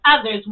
others